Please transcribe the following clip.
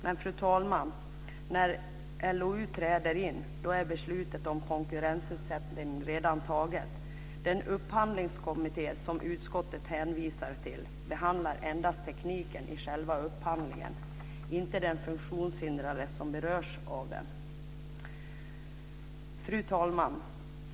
Men, fru talman, när LOU träder in är beslutet om konkurrensutsättning redan fattat. Den upphandlingskommitté som utskottet hänvisar till behandlar endast tekniken i själva upphandlingen, inte de funktionshindrade som berörs av den. Fru talman!